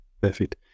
perfect